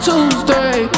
Tuesday